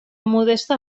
modesta